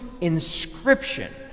inscription